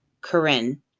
Corinne